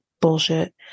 bullshit